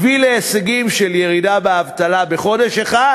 הביא להישגים של ירידה באבטלה בחודש אחד